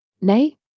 Nay